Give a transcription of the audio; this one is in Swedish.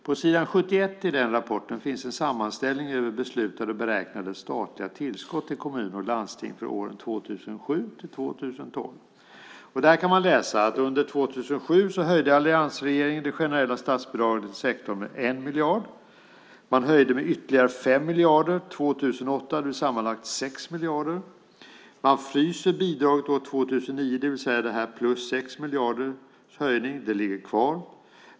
På s. 71 i rapporten finns en sammanställning över beslutade och beräknade statliga tillskott i kommuner och landsting för år 2007-2012. Där kan man läsa att under 2007 höjde alliansregeringen det generella statsbidraget till sektorn med 1 miljard. Man höjde med ytterligare 5 miljarder 2008. Det blir sammanlagt 6 miljarder. Man fryser bidraget år 2009, det vill säga att höjningen med 6 miljarder ligger kvar.